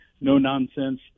no-nonsense